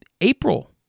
April